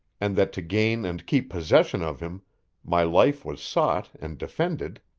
and that to gain and keep possession of him my life was sought and defended.